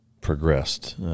progressed